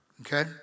okay